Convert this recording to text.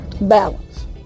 Balance